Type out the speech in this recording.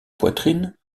poitrine